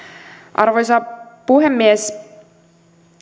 arvoisa puhemies